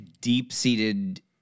deep-seated